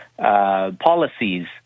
Policies